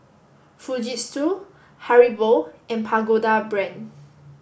Fujitsu Haribo and Pagoda Brand